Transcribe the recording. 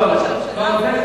בראש הממשלה הזה?